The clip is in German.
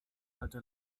alte